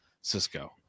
cisco